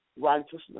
righteousness